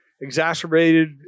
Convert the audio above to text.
Exacerbated